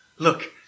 Look